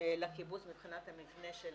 לקיבוץ מבחינת המבנה של